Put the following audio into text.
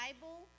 Bible